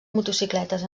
motocicletes